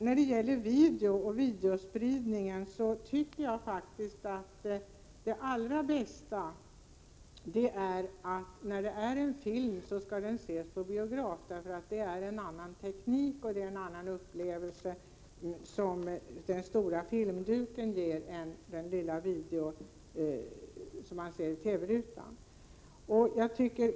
När det gäller videospridningen tycker jag att det allra bästa är att filmer ses på biograf — det är en annan teknik, och den stora filmduken ger en annan upplevelse än den lilla TV-ruta som man ser video på.